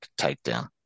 takedown